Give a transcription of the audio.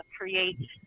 create